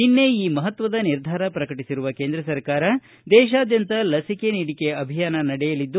ನಿನ್ನೆ ಈ ಮಹತ್ತದ ನಿರ್ಧಾರ ಪ್ರಕಟಿಸಿರುವ ಕೇಂದ್ರ ಸರ್ಕಾರ ದೇಶಾದ್ಯಂತ ಲಸಿಕೆ ನೀಡಿಕೆ ಅಭಿಯಾನ ನಡೆಯಲಿದೆ